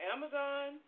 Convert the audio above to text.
Amazon